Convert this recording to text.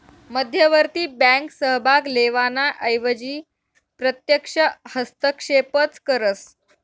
मध्यवर्ती बँक सहभाग लेवाना एवजी प्रत्यक्ष हस्तक्षेपच करस